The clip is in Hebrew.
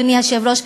אדוני היושב-ראש,